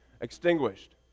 extinguished